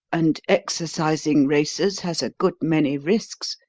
and exercising racers has a good many risks.